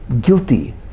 guilty